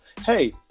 Hey